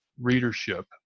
readership